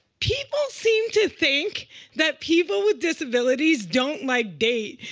people seem to think that people with disabilities don't, like, date.